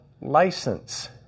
license